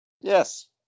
Yes